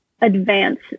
advance